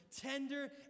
tender